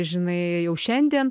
žinai jau šiandien